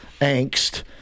angst